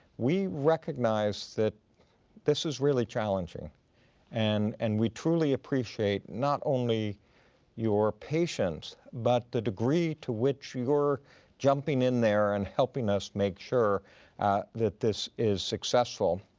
we recognize that this is really challenging and and we truly appreciate not only your patience, but the degree to which you're jumping in there and helping us make sure that this is successful.